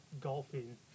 golfing